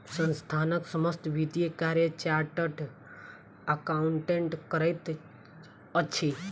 संस्थानक समस्त वित्तीय कार्य चार्टर्ड अकाउंटेंट करैत अछि